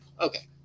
Okay